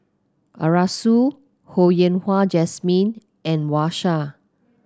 Arasu Ho Yen Wah Jesmine and Wang Sha